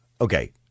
Okay